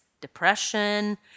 depression